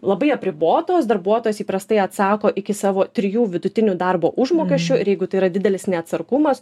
labai apribotos darbuotojas įprastai atsako iki savo trijų vidutinių darbo užmokesčių ir jeigu tai yra didelis neatsargumas